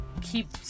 keep